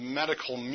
medical